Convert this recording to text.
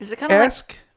ask